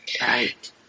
Right